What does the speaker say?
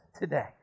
today